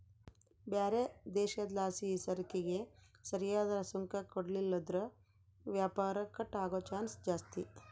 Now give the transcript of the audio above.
ಬ್ಯಾರೆ ದೇಶುದ್ಲಾಸಿಸರಕಿಗೆ ಸರಿಯಾದ್ ಸುಂಕ ಕೊಡ್ಲಿಲ್ಲುದ್ರ ವ್ಯಾಪಾರ ಕಟ್ ಆಗೋ ಚಾನ್ಸ್ ಜಾಸ್ತಿ